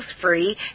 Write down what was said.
free